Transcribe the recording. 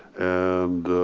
and